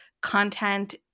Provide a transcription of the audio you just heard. content